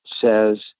says